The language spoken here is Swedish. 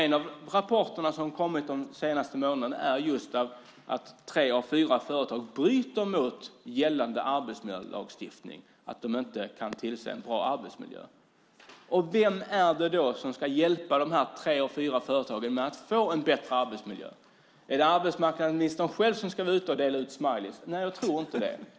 En av de rapporter som har kommit de senaste månaderna visar att tre av fyra företag bryter mot gällande arbetsmiljölagstiftning, att de inte kan ordna en bra arbetsmiljö. Vem är det då som ska hjälpa de här tre av fyra företagen att få en bättre arbetsmiljö? Är det arbetsmarknadsministern själv som ska vara ute och dela ut smileys? Nej, jag tror inte det.